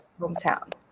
hometown